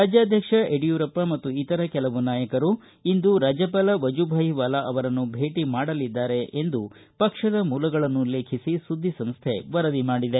ರಾಜ್ಞಾಧ್ವಕ್ಷ ಯಡಿಯೂರಪ್ಪ ಮತ್ತು ಇತರ ಕೆಲವು ನಾಯಕರು ಇಂದು ರಾಜ್ಞಪಾಲ ವಜುಭಾಯಿ ವಾಲಾ ಅವರನ್ನು ಭೇಟಿ ಮಾಡಲಿದ್ದಾರೆ ಎಂದು ಪಕ್ಷದ ಮೂಲಗಳನ್ನುಲ್ಲೇಖಿಸಿ ಸುದ್ದಿ ಸಂಸ್ಥೆ ವರದಿ ಮಾಡಿದೆ